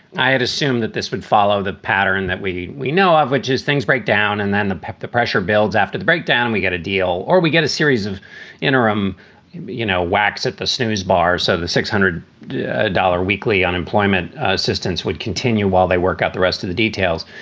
i had assumed that this would follow the pattern that we we know of, which is things break down and then the the pressure builds after the breakdown and we get a deal or we get a series of interim you know whacks at the snooze bar. so the six hundred dollar weekly unemployment assistance would continue while they work out the rest of the details.